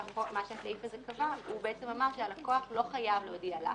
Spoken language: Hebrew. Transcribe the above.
הסעיף הזה בעצם אמר שהלקוח לא חייב להודיע לך.